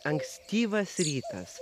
ankstyvas rytas